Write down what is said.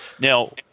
Now